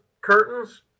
curtains